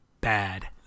bad